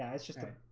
ah it's just ah